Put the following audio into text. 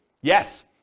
Yes